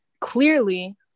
clearly